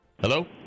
Hello